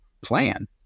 plan